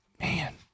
Man